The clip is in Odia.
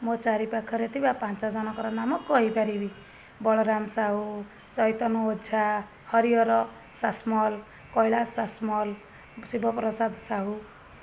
ମୋ ଚାରିପାଖରେ ଥିବା ପାଞ୍ଚଜଣଙ୍କର ନାମ କହିପାରିବି ବଳରାମ ସାହୁ ଚୈତନ ଓଝା ହରିହର ସାସମଲ୍ କୈଳାସ ସାସମଲ୍ ଶିବପ୍ରସାଦ ସାହୁ